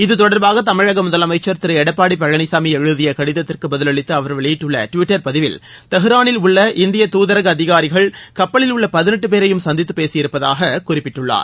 இத்தொடர்பாக தமிழக முதலமைச்சர் திரு எடப்பாடி பழனிசாமி எழுதிய கடிதத்திற்கு பதிலளித்து அவர் வெளியிட்டுள்ள டுவிட்டர் பதிவில் டெஹ் ரானில் உள்ள இந்திய தூதரக அதிகாரிகள் கப்பலில் உள்ள பதினெட்டு பேரையும் சந்தித்துப் பேசியிருப்பதாகக் குறிப்பிட்டுள்ளார்